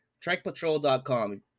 trackpatrol.com